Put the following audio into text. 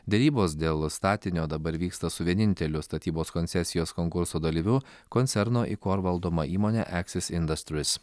derybos dėl statinio dabar vyksta su vieninteliu statybos koncesijos konkurso dalyviu koncerno ikor valdoma įmone eksis indastris